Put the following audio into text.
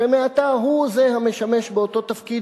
שמעתה הוא זה המשמש באותו תפקיד